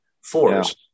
force